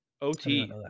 OT